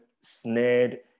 snared